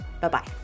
Bye-bye